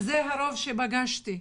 זה הרוב שפגשתי.